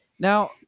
Now